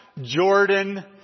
Jordan